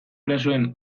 erasoen